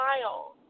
smile